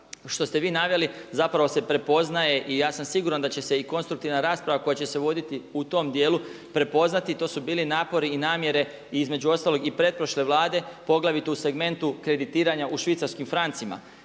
što ste vi naveli zapravo se prepoznaje i ja sam siguran da će se i konstruktivna rasprava koja će se voditi u tom dijelu prepoznati. To su bili napori i namjere i između ostalog i pretprošle Vlade poglavito u segmentu kreditiranja u švicarskim francima.